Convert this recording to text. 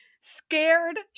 scared